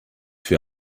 für